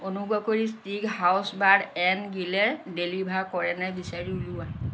অনুগ্ৰহ কৰি steakhouse bar and গ্ৰীলে ডেলিভাৰ কৰেনে বিচাৰি উলিওৱা